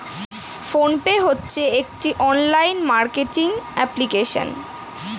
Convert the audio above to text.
phone pay হচ্ছে একটি online marketing application